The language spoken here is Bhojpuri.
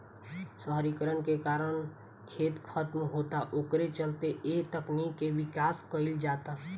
शहरीकरण के कारण खेत खतम होता ओकरे चलते ए तकनीक के विकास कईल जाता